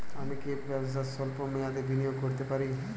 আমি কি ব্যবসাতে স্বল্প মেয়াদি বিনিয়োগ করতে পারি?